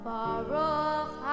Baruch